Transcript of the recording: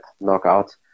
knockout